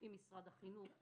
עם משרד החינוך.